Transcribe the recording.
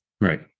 Right